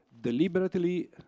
deliberately